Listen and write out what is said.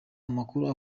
amakuru